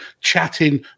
chatting